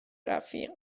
رفیق